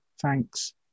thanks